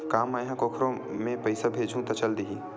का मै ह कोखरो म पईसा भेजहु त चल देही?